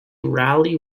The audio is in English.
rally